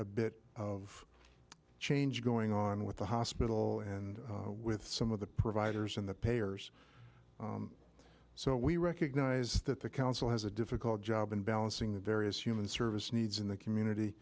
a bit of change going on with the hospital and with some of the providers and the payers so we recognize that the council has a difficult job in balancing the various human service needs in the community